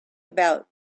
about